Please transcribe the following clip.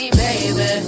baby